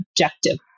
objective